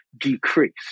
decreased